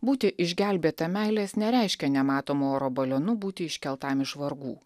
būti išgelbėta meilės nereiškia nematomo oro balionu būti iškeltam iš vargų